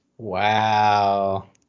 Wow